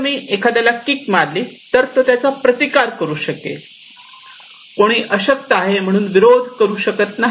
जर मी एखाद्याला कीक मारली तर तो त्याचा प्रतिकार करू शकेल कोणी अशक्त आहे म्हणून विरोध करू शकत नाही